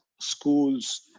schools